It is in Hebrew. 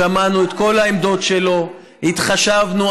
שמענו את כל העמדות שלו, התחשבנו.